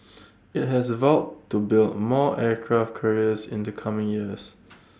IT has vowed to build more aircraft carriers in the coming years